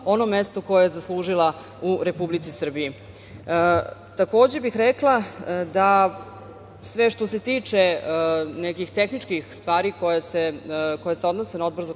ono mesto koje je zaslužila u Republici Srbiji. Takođe bih rekla da sve što se tiče nekih tehničkih stvari koje se odnose na Odbor